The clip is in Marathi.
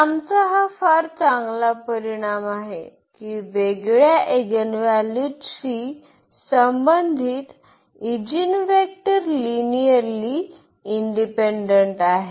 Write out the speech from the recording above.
तर आमचा हा फार चांगला परिणाम आहे की वेगळ्या एगिनव्हॅल्यूजशी संबंधित ईजीनवेक्टर लिनिअर्ली इंडिपेंडेंट आहेत